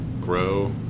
grow